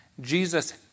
Jesus